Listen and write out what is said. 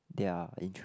their interest